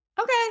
okay